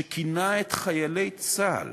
שכינה את חיילי צה"ל